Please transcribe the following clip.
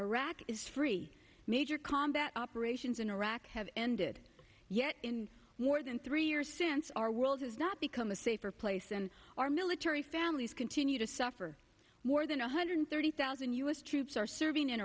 iraq is free major combat operations in iraq have ended yet in more than three years since our world has not become a safer place and our military families continue to suffer more than one hundred thirty thousand u s troops are serving in